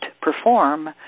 perform